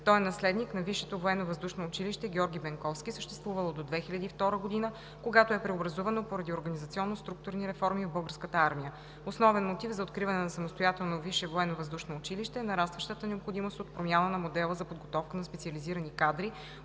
военновъздушно училище „Георги Бенковски“, съществувало до 2002, когато е преобразувано поради организационно-структурни реформи в Българската армия. Основен мотив за откриване на самостоятелно висше военновъздушно училище е нарастващата необходимост от промяна на модела за подготовка на специализирани кадри,